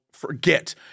Forget